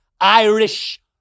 Irish